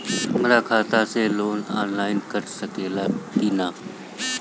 हमरा खाता से लोन ऑनलाइन कट सकले कि न?